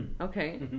Okay